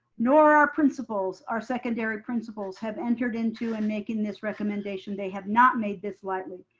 nor our principals, our secondary principals have entered into and making this recommendation. they have not made this lightly.